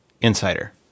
Insider